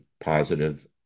positive